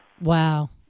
Wow